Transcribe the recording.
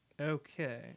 Okay